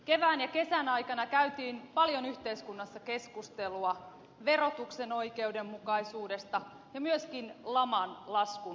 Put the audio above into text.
kevään ja kesän aikana käytiin yhteiskunnassa paljon keskustelua verotuksen oikeudenmukaisuudesta ja myöskin laman laskun maksamisesta